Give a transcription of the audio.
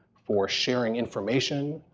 for sharing information,